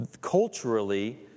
culturally